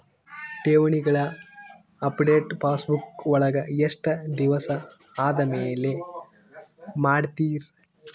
ಠೇವಣಿಗಳ update passbook ವಳಗ ಎಷ್ಟ ದಿವಸ ಆದಮೇಲೆ ಮಾಡ್ತಿರ್?